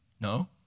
No